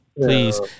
Please